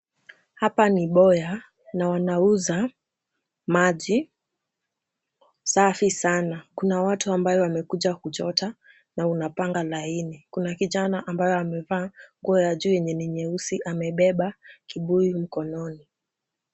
Hapa ni boya, na wanauza, maji, safi sana, kuna watu ambao wamekuja kuchota, na unapanga laini, Kuna kijana ambaye amevaa nguo ambaye ni nyeus na amebeba kibuyu mkononi.